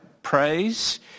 praise